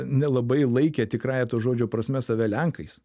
nelabai laikė tikrąja to žodžio prasme save lenkais